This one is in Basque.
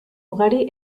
ugari